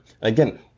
Again